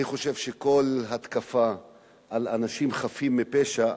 אני חושב שכל התקפה על אנשים חפים מפשע,